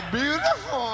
beautiful